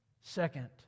Second